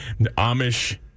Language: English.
Amish